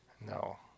No